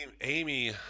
Amy